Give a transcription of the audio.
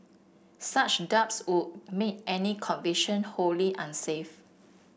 such doubts would make any conviction wholly unsafe